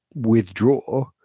withdraw